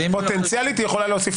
פוטנציאלית היא יכולה להוסיף